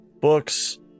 books